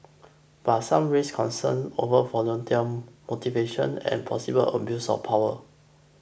but some raised concern over volunteer motivation and possible abuse of power